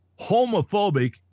homophobic